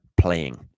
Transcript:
playing